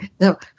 No